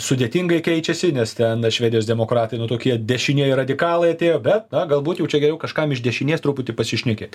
sudėtingai keičiasi nes ten švedijos demokratai nu tokie dešinieji radikalai atėjo bet na galbūt jau čia geriau kažkam iš dešinės truputį pasišnekėti